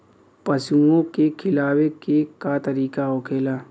पशुओं के खिलावे के का तरीका होखेला?